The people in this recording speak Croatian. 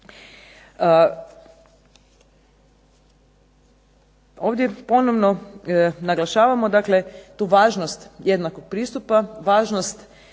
Ovdje ponovno naglašavamo dakle tu važnost jednakog pristupa, važnost